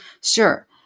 Sure